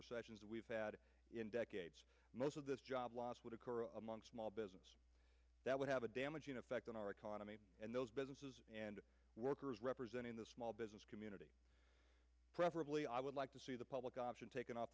recessions we've had in decades most of this job loss would occur among small business that would have a damaging effect on our economy and those businesses and workers representing the small business community preferably i would like to see the public option an off